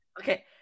Okay